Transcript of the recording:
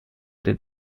den